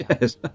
Yes